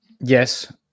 Yes